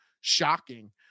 shocking